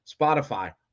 Spotify